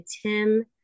Tim